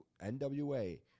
NWA